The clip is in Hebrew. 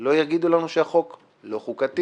לא יגידו לנו שהחוק לא חוקתי.